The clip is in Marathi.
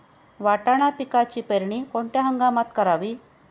वाटाणा पिकाची पेरणी कोणत्या हंगामात करावी?